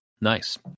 nice